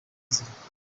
nzira